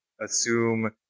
assume